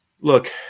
look